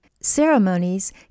Ceremonies